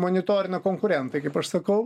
monitorina konkurentai kaip aš sakau